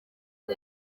ngo